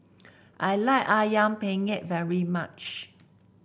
I like ayam penyet very much